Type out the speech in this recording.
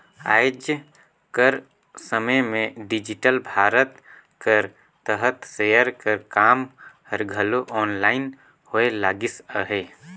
आएज कर समे में डिजिटल भारत कर तहत सेयर कर काम हर घलो आनलाईन होए लगिस अहे